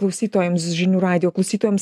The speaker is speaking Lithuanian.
klausytojams žinių radijo klausytojams